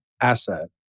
asset